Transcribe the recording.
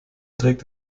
trägt